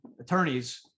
attorneys